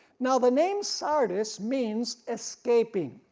now the name sardis means escaping,